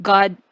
God